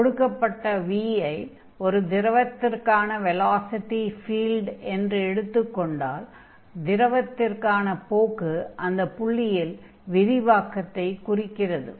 கொடுக்கப்பட்ட v ஐ ஒரு திரவத்திற்கான வெலாசிடி ஃபீல்ட் என்று எடுத்துக் கொண்டால் திரவத்திற்கான போக்கு அந்தப் புள்ளியில் விரிவாக்கத்தைக் குறிக்கிறது